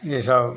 यह सब